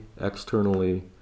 externally